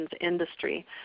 industry